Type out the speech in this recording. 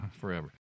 forever